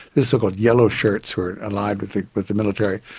the so-called yellow shirts who are allied with the with the military.